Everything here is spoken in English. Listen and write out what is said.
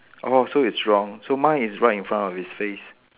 oh so it's wrong so mine is right in front of his face